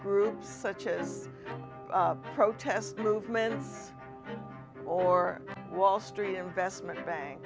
groups such as protest movements or wall street investment bank